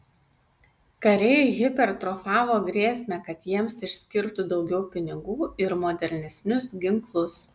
kariai hipertrofavo grėsmę kad jiems išskirtų daugiau pinigų ir modernesnius ginklus